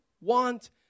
want